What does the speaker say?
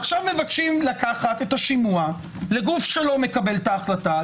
עכשיו מבקשים לקחת את השימוע לגוף שלא מקבל את ההחלטה,